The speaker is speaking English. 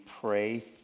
pray